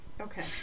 Okay